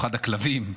הכלבים,